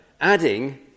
Adding